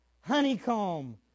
honeycomb